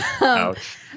ouch